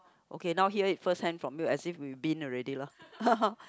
okay now hear it firsthand from you as if we've been already lah